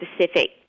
specific